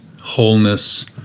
wholeness